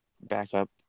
backup